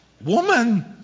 woman